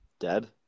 dead